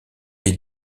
est